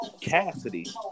Cassidy